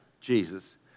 Jesus